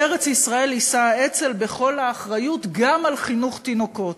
בארץ-ישראל יישא האצ"ל בכל האחריות גם על חינוך תינוקות.